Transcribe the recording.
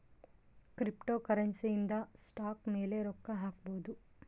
cryptocurrency ಇಂದ stock ಮೇಲೆ ರೊಕ್ಕ ಹಾಕ್ಬೊದು